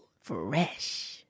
Fresh